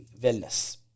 wellness